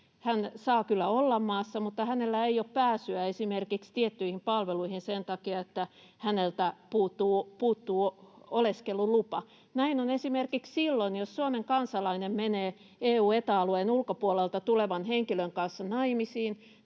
hän saa kyllä olla maassa, mutta hänellä ei ole pääsyä esimerkiksi tiettyihin palveluihin sen takia, että häneltä puuttuu oleskelulupa. Näin on esimerkiksi silloin, jos Suomen kansalainen menee EU- ja Eta-alueen ulkopuolelta tulevan henkilön kanssa naimisiin.